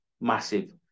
massive